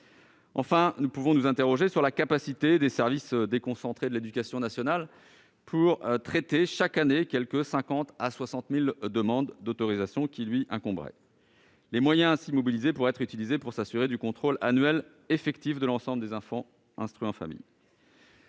Enfin, nous pouvons nous interroger sur la capacité des services déconcentrés de l'éducation nationale à traiter, chaque année, quelque 50 000 à 60 000 demandes d'autorisation. Les moyens ainsi mobilisés seraient utiles pour assurer le contrôle annuel effectif de l'ensemble des enfants instruits en famille.